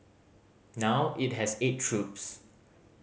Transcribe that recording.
now it has eight troops